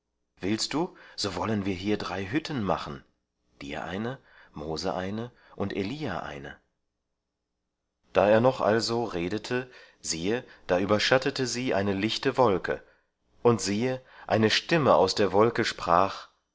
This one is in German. willst du so wollen wir hier drei hütten machen dir eine mose eine und elia eine da er noch also redete siehe da überschattete sie eine lichte wolke und siehe eine stimme aus der wolke sprach